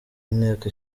inteko